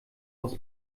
muss